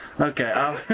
Okay